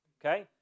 Okay